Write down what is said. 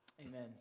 Amen